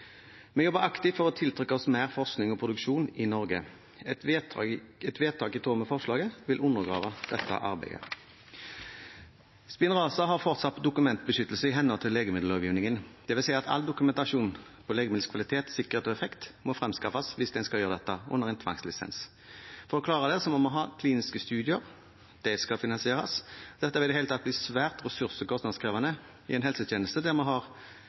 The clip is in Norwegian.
Vi må jobbe aktivt for å tiltrekke oss mer forskning og produksjon i Norge. Et vedtak i tråd med forslaget vil undergrave dette arbeidet. Spinraza har fortsatt dokumentbeskyttelse i henhold til legemiddellovgivningen. Det vil si at all dokumentasjon av legemiddelets kvalitet, sikkerhet og effekt må fremskaffes hvis en skal gjøre dette under en tvangslisens. For å klare det må vi ha kliniske studier. Det skal finansieres. Dette vil i det hele tatt bli svært ressurs- og kostnadskrevende i en helsetjeneste der vi